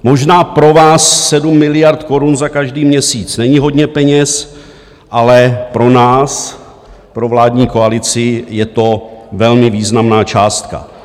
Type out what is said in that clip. Možná pro vás 7 miliard korun za každý měsíc není hodně peněz, ale pro nás, pro vládní koalici, je to velmi významná částka.